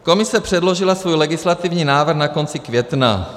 Komise předložila svůj legislativní návrh na konci května.